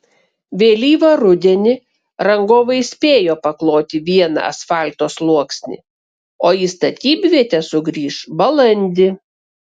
vėlyvą rudenį rangovai spėjo pakloti vieną asfalto sluoksnį o į statybvietę sugrįš balandį